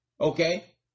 Okay